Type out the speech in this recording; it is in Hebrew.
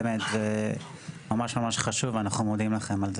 באמת זה ממש ממש חשוב ואנחנו מודים לכם על זה.